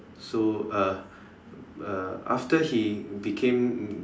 so uh uh after he became